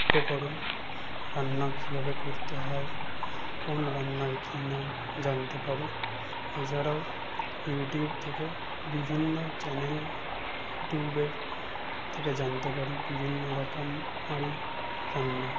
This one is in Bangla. উপকরণ রান্না কীভাবে করতে হয় কোন রান্নার কী নাম জানতে পারি এছাড়াও ইউটিউব থেকে বিভিন্ন চ্যানেল ইউটিউবের থেকে জানতে পারি বিভিন্ন রকম হরেক রান্না